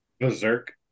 Berserk